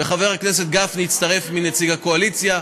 וחבר הכנסת גפני יצטרף כנציג הקואליציה,